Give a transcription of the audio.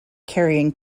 carrying